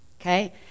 okay